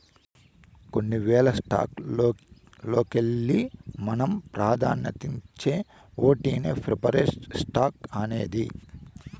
కొన్ని వేల స్టాక్స్ లోకెల్లి మనం పాదాన్యతిచ్చే ఓటినే ప్రిఫర్డ్ స్టాక్స్ అనేది